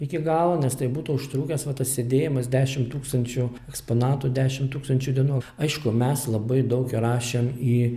iki galo nes tai būtų užtrukęs va tas sėdėjimas dešim tūkstančių eksponatų dešim tūkstančių dienų aišku mes labai daug įrašėm į